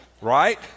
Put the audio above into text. Right